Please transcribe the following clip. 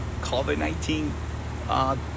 COVID-19